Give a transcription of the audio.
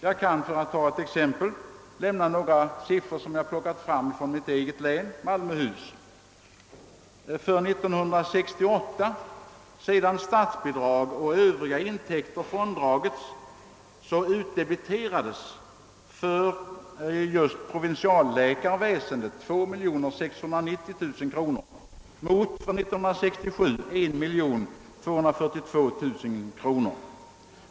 Ja kan för att ta ett exempel nämna några siffror som jag plockat från mitt eget län — Malmöhus — där landstinget för år 1968, sedan statsbidrag och övriga intäkter fråndragits, utdebiterat för just provinsialläkarväsendet 2 690 000 kronor mot för år 1967 1 242 000 kronor.